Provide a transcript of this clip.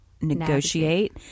negotiate